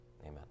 amen